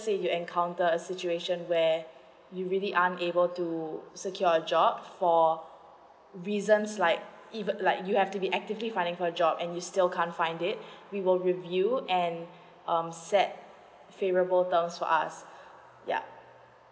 say you encounter a situation where you really unable to secure a job for reasons like even like you have to be actively finding for a job and you still can't find it we will review and um set favorable terms for us ya